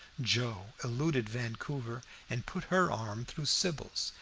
joe eluded vancouver and put her arm through sybil's,